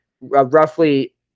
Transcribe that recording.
roughly